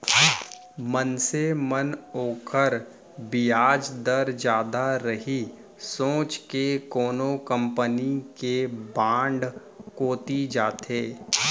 मनसे मन ओकर बियाज दर जादा रही सोच के कोनो कंपनी के बांड कोती जाथें